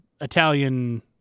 Italian